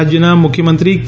રાજ્યના મુખ્યમંત્રી કે